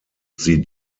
sie